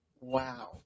Wow